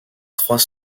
trois